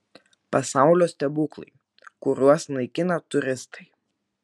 pasaulio stebuklai kuriuos naikina turistai